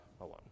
alone